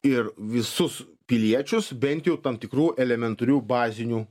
ir visus piliečius bent jau tam tikrų elementarių bazinių